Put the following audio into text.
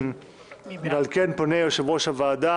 בהחלט.